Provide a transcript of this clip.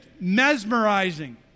mesmerizing